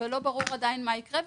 ולא ברור מה יקרה.